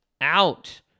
out